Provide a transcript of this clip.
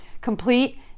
complete